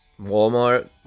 Walmart